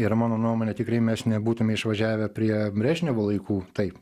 ir mano nuomone tikrai mes nebūtume išvažiavę prie brežnevo laikų taip